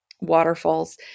waterfalls